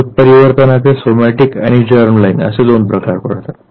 उत्परीवर्तनाचे somatic आणि germline असे दोन प्रकार असतात